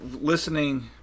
listening